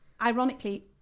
ironically